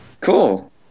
Cool